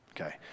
Okay